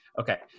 Okay